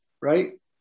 Right